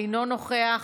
אינו נוכח,